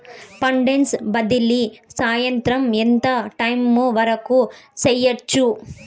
funds బదిలీ సాయంత్రం ఎంత టైము వరకు చేయొచ్చు